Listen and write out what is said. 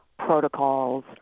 Protocols